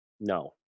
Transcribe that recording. No